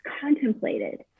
contemplated